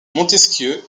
montesquieu